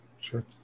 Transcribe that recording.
Sure